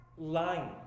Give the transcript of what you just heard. Lying